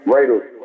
Raiders